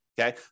Okay